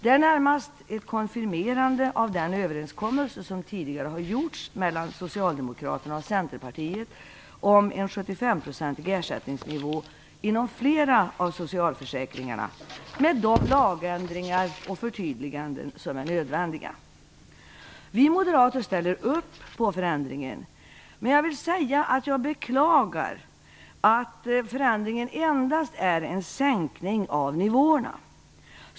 Det är närmast ett konfirmerande av den överenskommelse som tidigare har gjorts mellan Socialdemokraterna och Centerpartiet om en 75-procentig ersättningsnivå inom flera av socialförsäkringarna, med de lagändringar och förtydliganden som är nödvändiga. Vi moderater ställer oss bakom förändringen, men jag vill säga att jag beklagar att förändringen endast är en sänkning av nivåerna.